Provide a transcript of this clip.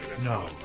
No